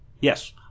Yes